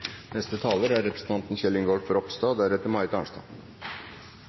Neste replikant er Kjell Ingolf Ropstad.